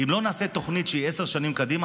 אם לא נעשה תוכנית שהיא עשר שנים קדימה,